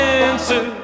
answer